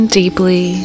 deeply